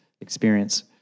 experience